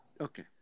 okay